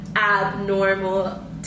abnormal